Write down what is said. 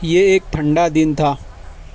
یہ ایک ٹھنڈا دن تھا